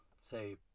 Say